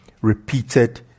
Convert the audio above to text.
repeated